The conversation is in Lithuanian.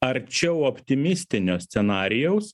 arčiau optimistinio scenarijaus